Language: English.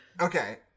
Okay